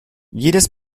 jedes